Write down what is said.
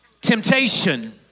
Temptation